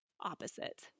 opposite